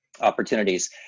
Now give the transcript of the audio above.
opportunities